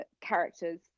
characters